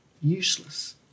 useless